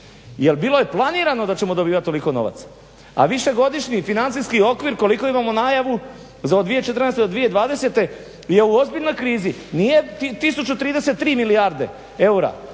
jer bilo je planirano da ćemo dobivati toliko novaca, a višegodišnji financijski okvir koliko imamo najavu za od 2014. do 2020. je u ozbiljnoj krizi. Nije 1033 milijarde eura